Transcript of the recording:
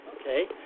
Okay